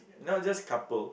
not just couple